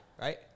right